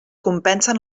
compensen